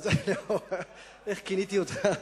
אדוני ראש הממשלה, סליחה, איך כיניתי אותך...